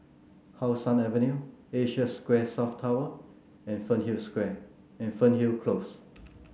How Sun Avenue Asia Square South Tower and Fernhill Square and Fernhill Close